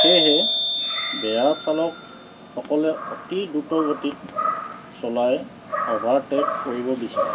সেয়েহে বেয়া চালকসকলে অতি দ্ৰুত গতিত চলাই অভাৰটেক কৰিব বিচাৰে